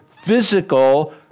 physical